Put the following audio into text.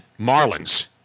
Marlins